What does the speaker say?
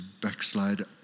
backslide